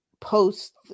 post